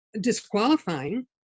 disqualifying